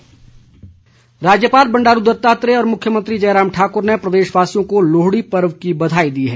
बधाई राज्यपाल बंडारू दत्तात्रेय और मुख्यमंत्री जयराम ठाकुर ने प्रदेशवासियों को लोहड़ी पर्व की बधाई दी है